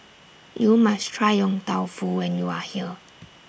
YOU must Try Yong Tau Foo when YOU Are here